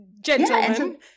gentlemen